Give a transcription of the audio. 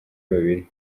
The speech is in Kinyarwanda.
babiri